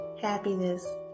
happiness